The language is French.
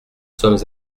sommes